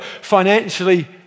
financially